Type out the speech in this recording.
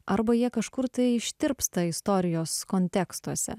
arba jie kažkur tai ištirpsta istorijos kontekstuose